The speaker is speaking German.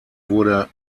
wurde